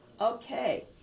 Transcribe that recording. Okay